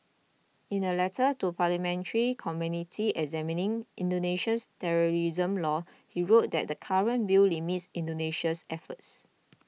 in a letter to parliamentary committee examining Indonesia's terrorism laws he wrote that the current bill limits Indonesia's efforts